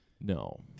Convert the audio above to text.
No